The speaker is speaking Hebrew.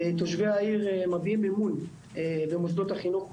תושבי העיר מביעים אמון במוסדות החינוך בעיר.